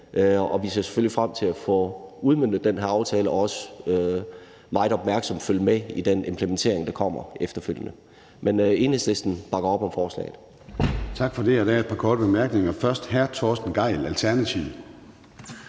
Vi ser selvfølgelig frem til at få udmøntet den her aftale og også til meget opmærksomt at følge med i den implementering, der kommer efterfølgende. Enhedslisten bakker op om forslaget.